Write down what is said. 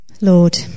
Lord